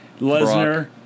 Lesnar